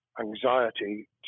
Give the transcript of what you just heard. anxiety